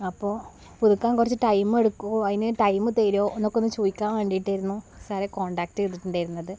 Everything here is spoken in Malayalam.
അപ്പോൾ പുതുക്കാന് കുറച്ചു ടൈം എടുക്കും അതിന് ടൈമ് തരുമോ എന്നൊക്കെ ഒന്ന് ചോദിക്കാന് വേണ്ടിയിട്ടായിരുന്നു സാറെ കോണ്ടാക്റ്റ് ചെയ്തിട്ടുണ്ടായിരുന്നത്